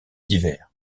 divers